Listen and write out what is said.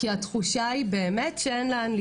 התחושה היא באמת שאין לאן לפנות.